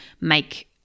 make